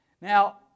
Now